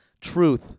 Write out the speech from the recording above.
Truth